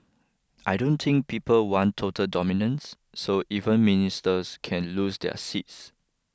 I don't think people want total dominance so even Ministers can lose their seats